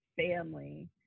family